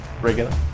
Regular